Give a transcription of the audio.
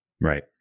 Right